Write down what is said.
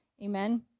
amen